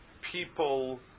people